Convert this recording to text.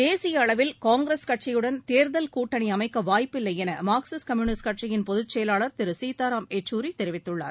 தேசிய அளவில் காங்கிரஸ் கட்சியுடன் தேர்தல் கூட்டணி அமைக்க வாய்ப்பில்லை என மார்க்சிஸ்ட் கம்யூனிஸ்ட் கட்சியின் பொதுச்செயலாளர் திரு சீதாராம் யெச்சூரி தெரிவித்துள்ளார்